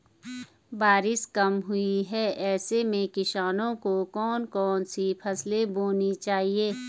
बारिश कम हुई है ऐसे में किसानों को कौन कौन सी फसलें बोनी चाहिए?